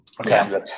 Okay